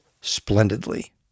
splendidly